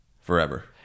Forever